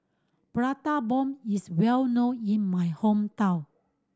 Prata Bomb is well known in my hometown